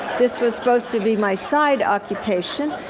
this was supposed to be my side occupation,